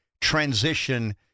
transition